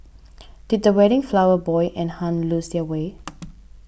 did the wedding flower boy and Hun lose their way